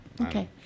Okay